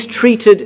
treated